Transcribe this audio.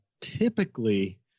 typically –